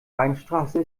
weinstraße